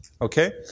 Okay